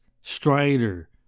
Strider